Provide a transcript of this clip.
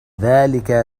ذلك